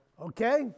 Okay